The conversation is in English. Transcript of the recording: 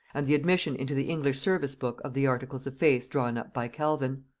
and the admission into the english service-book of the articles of faith drawn up by calvin.